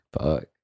Fuck